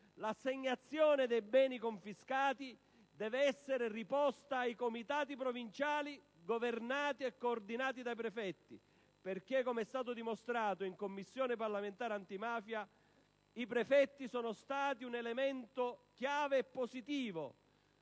L'assegnazione dei beni confiscati deve essere riposta ai comitati provinciali governati e coordinati dai prefetti perché, come è stato dimostrato in Commissione parlamentare antimafia, i prefetti sono stati un elemento chiave e positivo